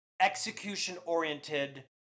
execution-oriented